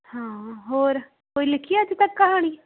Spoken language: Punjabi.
ਹਾਂ ਹੋਰ ਕੋਈ ਲਿਖੀ ਆ ਅੱਜ ਤੱਕ ਕਹਾਣੀ